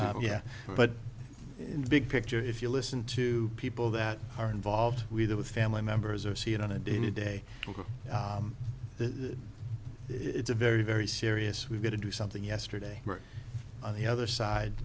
have yeah but in the big picture if you listen to people that are involved with or with family members or see it on a day to day the it's a very very serious we've got to do something yesterday on the other side